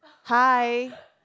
hi